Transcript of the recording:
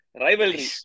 Rivalry